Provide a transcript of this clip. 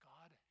God